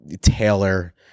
Taylor